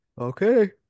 Okay